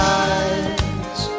eyes